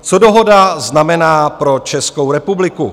Co dohoda znamená pro Českou republiku.